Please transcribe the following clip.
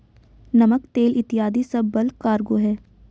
नमक, तेल इत्यादी सब बल्क कार्गो हैं